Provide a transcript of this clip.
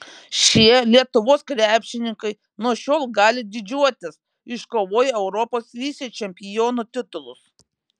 šie lietuvos krepšininkai nuo šiol gali didžiuotis iškovoję europos vicečempionų titulus